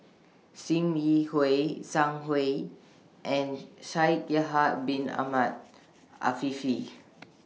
SIM Yi Hui Zhang Hui and Shaikh Yahya Bin Ahmed Afifi